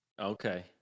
okay